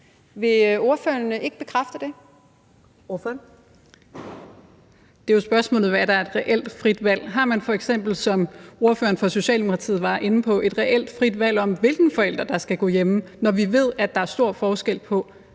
Kl. 17:05 Anne Sophie Callesen (RV): Det er jo spørgsmålet, hvad der er et reelt frit valg. Har man f.eks., som ordføreren for Socialdemokratiet var inde på, et reelt frit valg, i forhold til hvilken forælder der skal gå hjemme, når vi ved, at der er stor forskel på